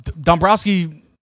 Dombrowski